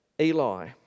Eli